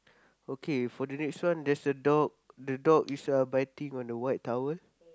okay for the next one there's a dog the dog is uh biting on the white towel